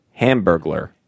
Hamburglar